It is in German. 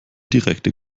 direkte